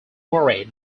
moray